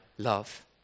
Love